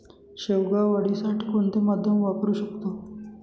शेवगा वाढीसाठी कोणते माध्यम वापरु शकतो?